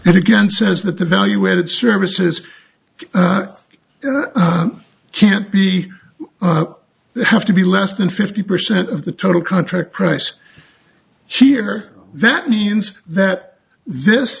it again says that the value added services can't be have to be less than fifty percent of the total contract price here that means that this